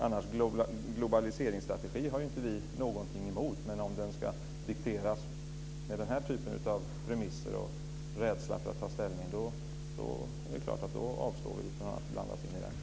En globaliseringsstrategi har inte vi någonting emot. Men om den ska dikteras med den här typen av remisser och rädsla för att ta ställning är det klart att vi avstår från att blanda oss i.